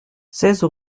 seize